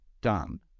done